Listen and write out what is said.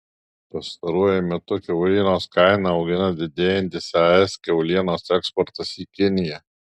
pastaruoju metu kiaulienos kainą augina didėjantis es kiaulienos eksportas į kiniją